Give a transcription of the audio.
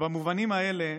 במובנים האלה,